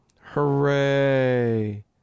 Hooray